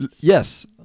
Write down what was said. Yes